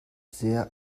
sehr